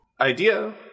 Idea